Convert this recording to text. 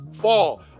fall